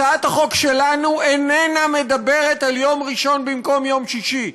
הצעת החוק שלנו איננה מדברת על יום ראשון במקום יום שישי.